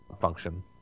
function